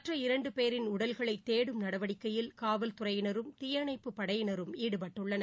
மற்ற இரண்டுபேரின் உடல்களைதேடும் நடவடிக்கையில் காவல்துறையினரும் தீயணைப்பு படையினரும் ஈடுபட்டுள்ளனர்